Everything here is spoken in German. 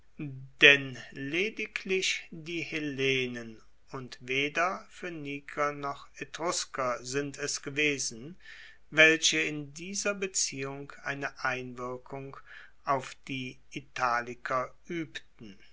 denn lediglich die hellenen und weder phoeniker noch etrusker sind es gewesen welche in dieser beziehung eine einwirkung auf die italiker uebten